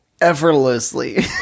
Effortlessly